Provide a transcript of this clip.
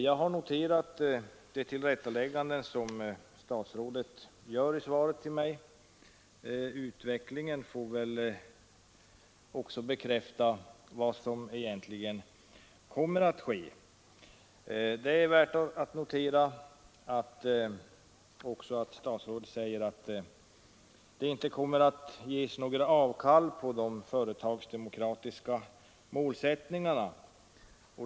Jag har noterat de tillrättalägganden som statsrådet gör i svaret till mig. Utvecklingen får visa vad som kommer att ske. Det är värt att notera att statsrådet också säger att det inte kommer att göras avkall på de företagsdemokratiska målsättnigarna.